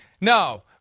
no